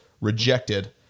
rejected